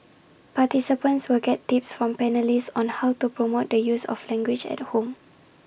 participants will get tips from panellists on how to promote the use of the language at home